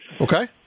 Okay